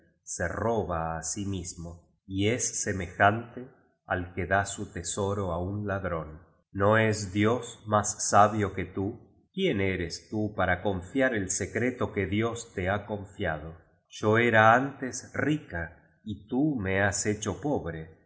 se roba á sí mismo y es semejante at que da su tesoro á un ladrón no es dios más sabio que tú quién eres tú para confiar el secreto que dios te ha confiado yo era antes rica y tú me has hecho pobre